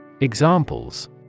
Examples